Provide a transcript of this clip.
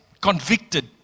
Convicted